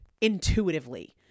intuitively